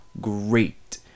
great